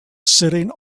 sitting